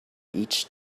each